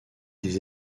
des